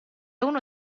uno